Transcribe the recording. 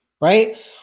right